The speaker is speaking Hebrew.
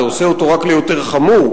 זה עושה אותו רק ליותר חמור,